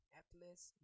atlas